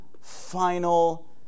final